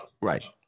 Right